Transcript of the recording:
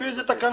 לפי אילו תקנות?